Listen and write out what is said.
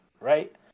right